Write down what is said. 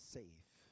safe